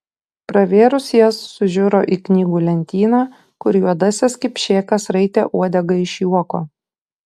pravėrus jas sužiuro į knygų lentyną kur juodasis kipšėkas raitė uodegą iš juoko